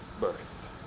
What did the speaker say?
birth